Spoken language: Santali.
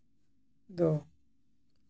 ᱫᱚ